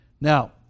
Now